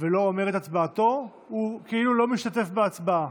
ולא אומר את הצבעתו הוא כאילו לא משתתף בהצבעה.